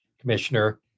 Commissioner